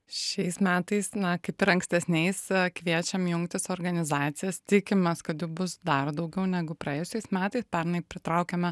šiais metais na kaip ir ankstesniais kviečiam jungtis organizacijas tikimės kad jų bus dar daugiau negu praėjusiais metais pernai pritraukėme